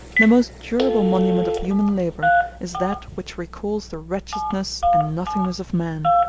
the most durable monument of human labor is that which recalls the wretchedness and nothingness of man.